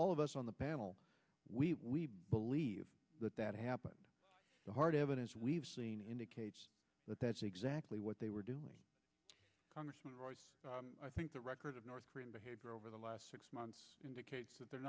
all of us on the panel we believe that that happened the hard evidence we've seen indicates that that's exactly what they were doing congressman royce i think the record of north korean behavior over the last six months indicates that they're